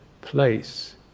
place